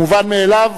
המובן מאליו,